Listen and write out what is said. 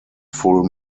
full